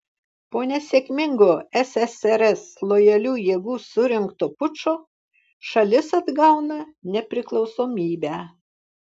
po nesėkmingo ssrs lojalių jėgų surengto pučo šalis atgauna nepriklausomybę